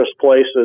places